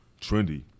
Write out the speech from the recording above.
trendy